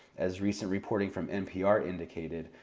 as recent reporting from npr indicated,